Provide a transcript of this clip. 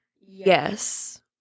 Yes